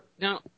Now